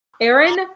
Aaron